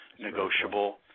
negotiable